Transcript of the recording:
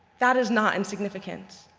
that is not insignificant,